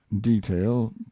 detail